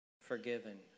forgiven